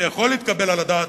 זה יכול להתקבל על הדעת,